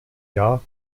jahr